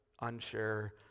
unsure